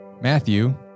Matthew